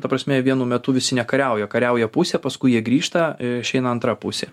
ta prasme vienu metu visi nekariauja kariauja pusė paskui jie grįžta išeina antra pusė